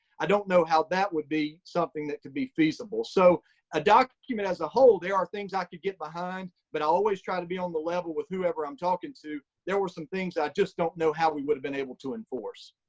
i don't know how that would be something that could be feasible. so a document as a whole, there are things i could get behind. but i always try to be on the level with whoever i'm talking to. there were some things i just don't know how we would have been able to enforce